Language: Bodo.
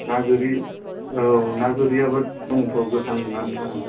ना गोरि औ ना गोरियाबो दंथ' गोथाङानो दं